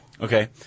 Okay